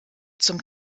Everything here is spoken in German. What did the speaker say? zum